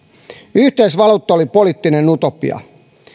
yhteisvaluutta oli poliittinen utopia